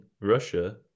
Russia